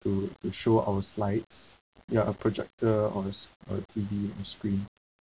to to show our slides ya a projector or a s~ or a T_V or screen